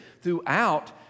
throughout